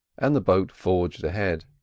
and the boat forged ahead.